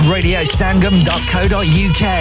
RadioSangam.co.uk